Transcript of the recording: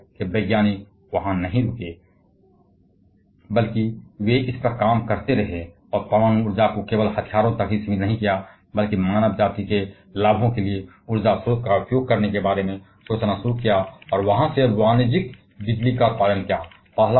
शुक्र है कि वैज्ञानिक वहां नहीं रुके बल्कि उन्होंने इस पर काम करना जारी रखा और परमाणु ऊर्जा को केवल उन हथियारों तक ही सीमित नहीं रखा जो मानव जाति के लाभ के लिए ऊर्जा स्रोत की इस विशाल राशि का उपयोग करने के बारे में सोचना शुरू कर दिया था और वहां से वाणिज्यिक बिजली का उत्पादन करके